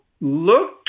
look